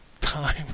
time